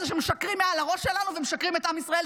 שמשקרים מעל הראש שלנו ומשקרים את עם ישראל,